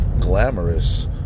glamorous